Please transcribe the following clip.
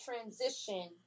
transition